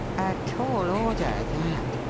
a tall order that,